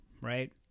right